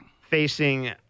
facing